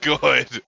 good